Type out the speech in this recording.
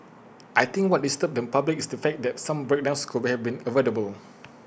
I think what disturbs the public is the fact that some breakdowns could have been avoidable